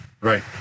Right